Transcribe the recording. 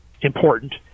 important